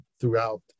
throughout